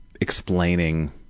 explaining